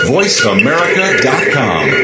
VoiceAmerica.com